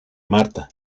marta